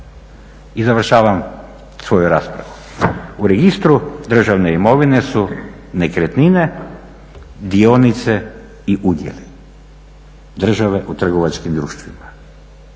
I završavam svoju raspravu, u Registru državne imovine su nekretnine, dionice i udjeli države u trgovačkim društvima,